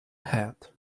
hat